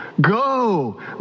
go